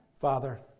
Father